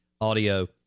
audio